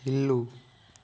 ఇల్లు